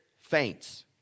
faints